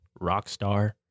Rockstar